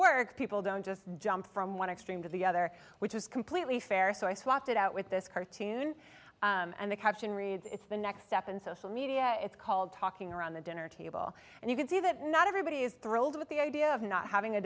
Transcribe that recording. work people don't just jump from one extreme to the other which is completely fair so i swapped it out with this cartoon and the caption reads it's the next step in social media it's called talking around the dinner table and you can see that not everybody is thrilled with the idea of not having a